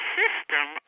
system